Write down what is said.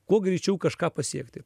kuo greičiau kažką pasiekti